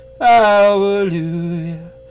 Hallelujah